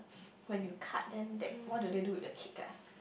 when you cut then that what do they do with the cake ah